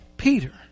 Peter